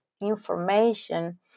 information